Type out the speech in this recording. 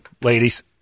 ladies